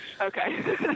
Okay